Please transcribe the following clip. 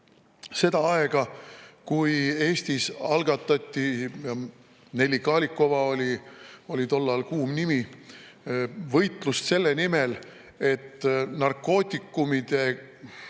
seda aega, kui Eestis algatati – Nelli Kalikova oli tol ajal kuum nimi – võitlus selle nimel, et narkootikumide